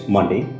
Monday